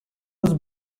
was